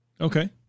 Okay